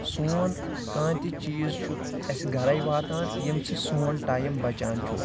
سون کانٛہہ تہِ چیٖز چھُ اَسہِ گَرَے واتان ییٚمہِ سۭتۍ سون ٹایِم بَچان چھُ